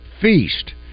feast